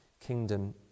kingdom